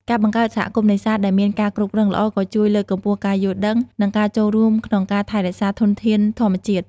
ការបង្កើតសហគមន៍នេសាទដែលមានការគ្រប់គ្រងល្អក៏ជួយលើកកម្ពស់ការយល់ដឹង និងការចូលរួមក្នុងការថែរក្សាធនធានធម្មជាតិ។